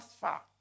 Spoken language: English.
far